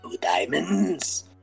diamonds